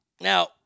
Now